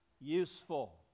useful